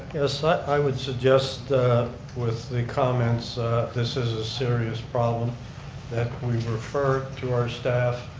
yes i would suggest with the comments this is a serious problem that we refer to our staff,